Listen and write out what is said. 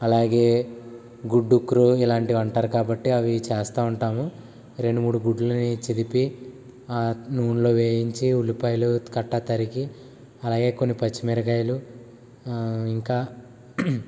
అలాగే గుడ్డు క్రో ఇలాంటివి అంటారు కాబట్టి అవి చేస్తా ఉంటాము రెండు మూడు గుడ్లుని చిదిపి నూనెలో వేయించి ఉల్లిపాయలు కట్టా తరిగి అలాగే కొన్ని పచ్చిమిరపకాయలు ఇంకా